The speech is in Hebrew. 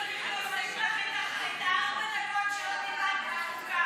להוסיף לך את ארבע הדקות שלא דיברת בוועדה.